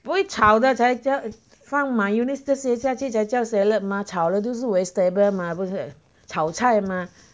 不会炒的才叫放 mayonnaise 这些下去才叫 salad 吗炒了就是 vegetable 吗不是炒菜吗